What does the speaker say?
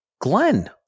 Glenn